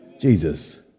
Jesus